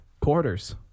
Quarters